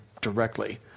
directly